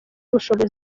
ubushobozi